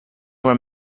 were